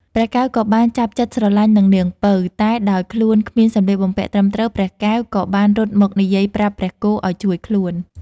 ព្រះកែវក៏បានចាប់ចិត្តស្រឡាញ់នឹងនាងពៅ តែដោយខ្លួនគ្មានសម្លៀកបំពាក់ត្រឹមត្រូវ ព្រះកែវក៏បានរត់មកនិយាយប្រាប់ព្រះគោឲ្យជួយខ្លួន។